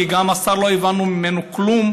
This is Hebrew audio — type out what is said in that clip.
גם מהשר לא הבנו כלום,